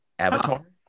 Avatar